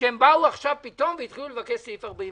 שבאו עכשיו פתאום וביקשו את סעיף 46,